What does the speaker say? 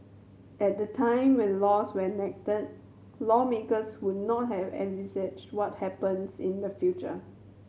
at the time when laws when enacted lawmakers would not have envisaged what happens in the future